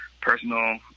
personal